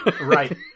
Right